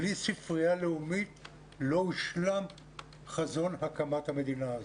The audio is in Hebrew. בלי ספרייה לאומית לא הושלם חזון הקמת המדינה.